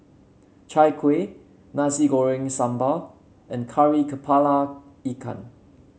Chai Kueh Nasi Goreng Sambal and Kari kepala Ikan